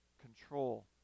control